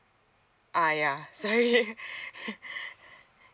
uh ya sorry